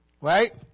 Right